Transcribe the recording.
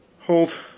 hold